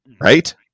right